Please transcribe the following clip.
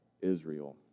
Israel